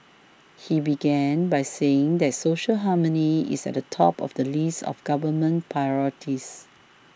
he began by saying that social harmony is at the top of the list of government priorities